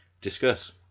Discuss